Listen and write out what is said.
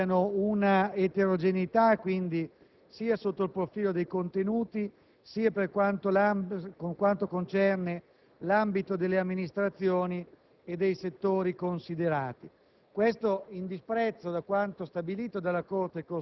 gli interventi annunciati siano eterogenei sia sotto il profilo dei contenuti, sia per quanto concerne l'ambito delle amministrazioni e dei settori considerati: